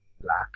black